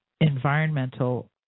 environmental